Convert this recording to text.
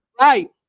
Right